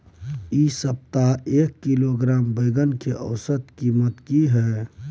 इ सप्ताह एक किलोग्राम बैंगन के औसत कीमत की हय?